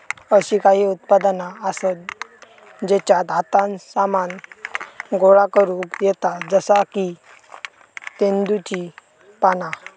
अशी काही उत्पादना आसत जेच्यात हातान सामान गोळा करुक येता जसा की तेंदुची पाना